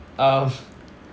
um